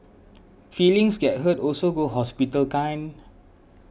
feelings get hurt also go hospital kind